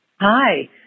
Hi